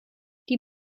die